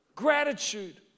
gratitude